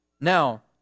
Now